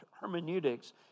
hermeneutics